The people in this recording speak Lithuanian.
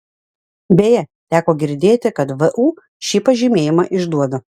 beje teko girdėti kad vu šį pažymėjimą išduoda